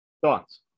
Thoughts